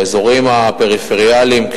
באזורים הפריפריאליים,